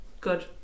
good